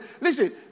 Listen